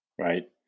Right